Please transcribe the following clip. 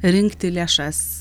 rinkti lėšas